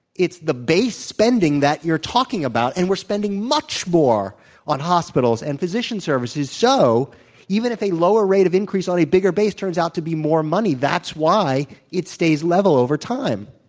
it's the base spending that you're talking about and we're spending much more on hospitals and physician services so even if the lower rate of increase on a bigger base turns out to be more money, that's why it stays level over time.